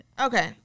Okay